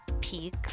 peak